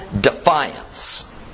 defiance